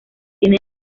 tiene